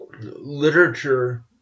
literature